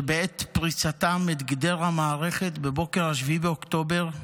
שבעת פריצתם את גדר המערכת בבוקר 7 באוקטובר,